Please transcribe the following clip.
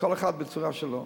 כל אחד בצורה שלו.